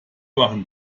waren